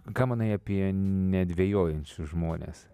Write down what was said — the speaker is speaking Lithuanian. ką manai apie nedvejojančius žmones